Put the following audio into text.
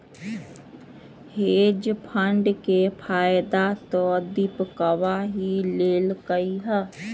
hedge fund के फायदा तो दीपकवा ही लेल कई है